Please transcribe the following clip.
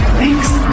thanks